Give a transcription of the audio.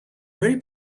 very